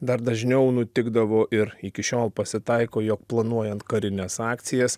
dar dažniau nutikdavo ir iki šiol pasitaiko jog planuojant karines akcijas